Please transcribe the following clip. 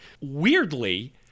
weirdly